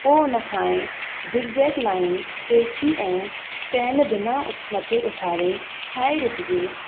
पोइ उन खां ऐं झिकझैक लाइन तिरछी ऐं पैन बिना मथे उथारे ठाहे ॾिसिजे